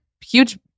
huge